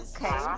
Okay